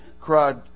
cried